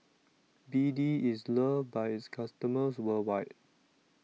B D IS loved By its customers worldwide